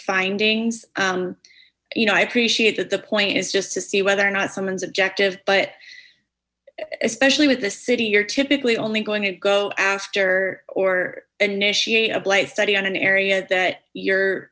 findings i appreciate that the point is just to see whether or not someone's objective but especially with the city typically only going to go after or initiate a blight study on an area that you're